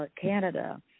Canada